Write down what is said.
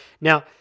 now